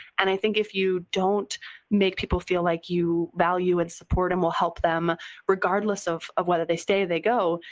and i think if you don't make people feel like you value and support and will help them regardless of of whether they stay or they go,